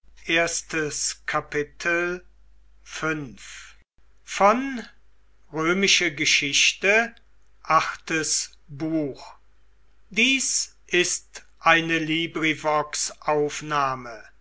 sind ist eine